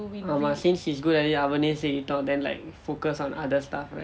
ah but since he is good at it அவனே செய்யட்டும்:avane seyyattum then like focus on other stuff right